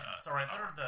sorry